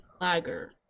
Lager